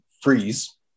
freeze